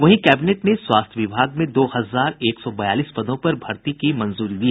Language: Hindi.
वहीं कैबिनेट ने स्वास्थ्य विभाग में दो हजार एक सौ बयालीस पदों पर भर्ती की मंजूरी दी